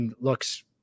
looks